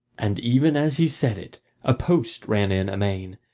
and even as he said it a post ran in amain,